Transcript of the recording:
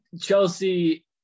Chelsea